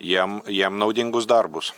jiem jiem naudingus darbus